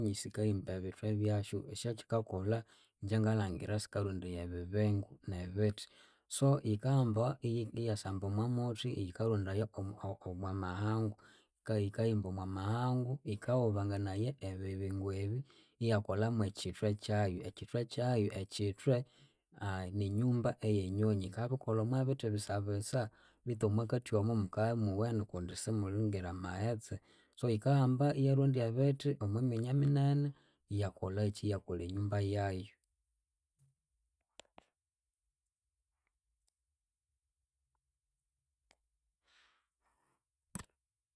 Esyanyonyi sikahimba ebithwe byasyu esyakyikakolha ingye ngalhangira sikarondaya ebibingu nebithi so yikahamba iyasamba omwamuthi kikarondaya omwamahangu yikayikahimba omwamahangu yikawobekanaya ebibingu ebi iyakolha mwekyithwe kyayu ekyithwe kyayu. Ekyithwe ninyumba eyenyonyi yikabikolha omwabithi bisabisa bethu omwakathi omo mukabya imuwene kundi simulingira amaghetse so yikahamba iyarondya ebithi omwa myanya minene iyakolekyi iyakolha enyumbayayu